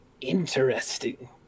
interesting